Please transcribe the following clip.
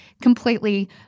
completely